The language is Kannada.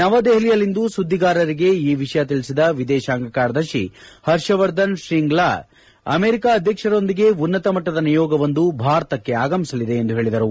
ನವದೆಹಲಿಯಲ್ಲಿಂದು ಸುದ್ದಿಗಾರರಿಗೆ ಈ ವಿಷಯ ತಿಳಿಸಿದ ವಿದೇಶಾಂಗ ಕಾರ್ಯದರ್ಶಿ ಹರ್ಷವರ್ಧನ್ ಶ್ರೀಂಗ್ಲಾ ಅಮೆರಿಕಾ ಅಧ್ಯಕ್ಷರೊಂದಿಗೆ ಉನ್ನತ ಮಟ್ಟದ ನಿಯೋಗವೊಂದು ಭಾರತಕ್ಕೆ ಆಗಮಿಸಲಿದೆ ಎಂದು ಹೇಳಿದರು